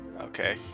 Okay